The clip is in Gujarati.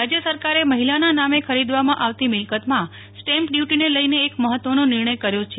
રાજ્ય સરકારે મહિલાના નામે ખરીદવામાં આવતી મિલકતમાં સ્ટેમ્પ ડ્યુટીને લઇને એક મફત્ત્વનો નિર્ણય કર્યો છે